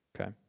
Okay